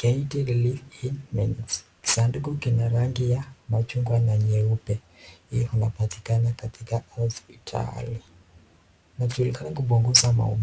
CBD Live in Mint . Kisanduku kina rangi ya machungwa na nyeupe. Hii hupatikana katika hospitali. Inajulikanwa kupunguza maumivu.